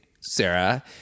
sarah